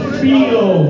feel